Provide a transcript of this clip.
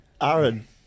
Aaron